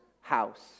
house